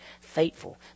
faithful